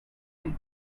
and